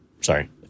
sorry